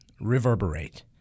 reverberate